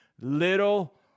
little